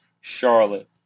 Charlotte